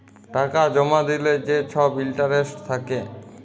টাকা জমা দিলে যে ছব ইলটারেস্ট থ্যাকে